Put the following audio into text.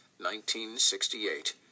1968